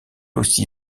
aussi